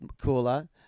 cooler